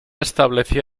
establecía